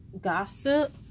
gossip